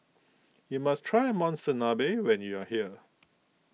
you must try Monsunabe when you are here